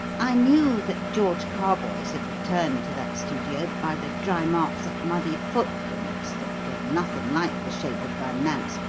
i knew that george carboys had returned to that studio by the dry marks of muddy footprints, that were nothing like the shape of van nant's,